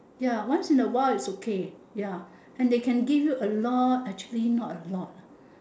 ya once in a while is okay ya and they can give you a lot actually not a lot